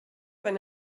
wenn